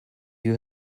you